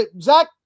Zach